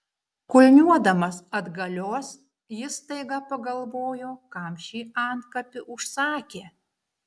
kulniuodamas atgalios jis staiga pagalvojo kam šį antkapį užsakė